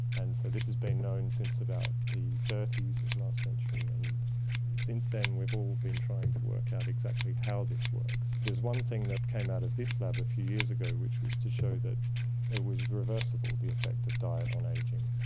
and so this has been known since about the zero of last century, and since then we've all been trying to work out exactly how this works. there's one thing that came out of this lab a few years ago which was to show that it was reversible, the effect of diet on ageing.